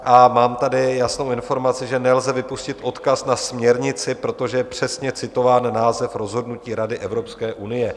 A mám tady jasnou informaci, že nelze vypustit odkaz na směrnici, protože je přesně citován název rozhodnutí Rady Evropské unie.